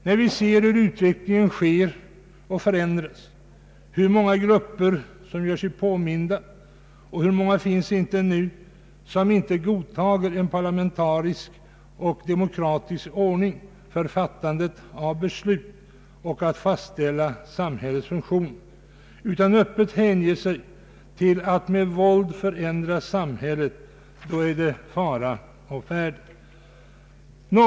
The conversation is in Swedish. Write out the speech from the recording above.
När vi ser hur utvecklingen pågår och förändras, hur många grupper som gör sig påminta och hur många det finns som inte nu godtar en parlamentarisk och demokratisk ordning för fattandet av beslut och fastställande av samhällets funktioner, utan öppet hänger sig åt att med våld förändra samhället, inser vi att det är fara å färde.